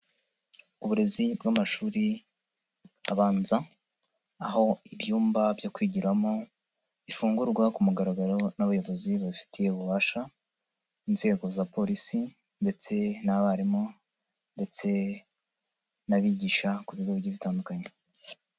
Uburezi bw'amashuri abanza aho ibyumba byo kwigiramo bifungurwa ku mugaragaro n'abayobozi babifitiye ububasha, inzego za Polisi ndetse n'abarimu ndetse n'abigisha ku bigo bigiye bitandukanye.